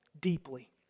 deeply